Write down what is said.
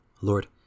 Lord